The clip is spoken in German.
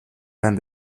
beim